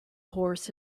horse